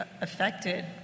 affected